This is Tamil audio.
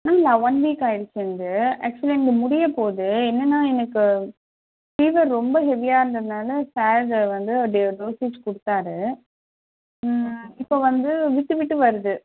ஆமாம் ஒன் வீக் ஆயிடுச்சு என்து ஆக்சுவலி என்து முடிய போது என்னன்னா எனக்கு ஃபீவர் ரொம்ப ஹெவியாக இருந்ததுனால சார் வந்து டெ டோசேஜ் கொடுத்தாரு இப்போ வந்து விட்டு விட்டு வருது